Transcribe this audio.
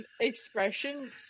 expression